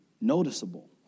noticeable